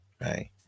right